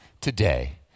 Today